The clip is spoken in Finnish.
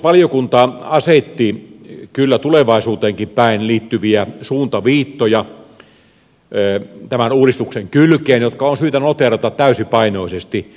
puolustusvaliokunta asetti kyllä tulevaisuuteenkin päin liittyviä suuntaviittoja tämän uudistuksen kylkeen jotka on syytä noteerata täysipainoisesti